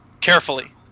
carefully